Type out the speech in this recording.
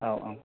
औ औ